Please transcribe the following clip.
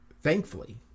Thankfully